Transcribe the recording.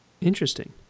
Interesting